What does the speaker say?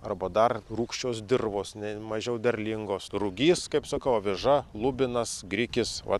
arba dar rūgščios dirvos ne mažiau derlingos rugys kaip sakau aviža lubinas grikis vat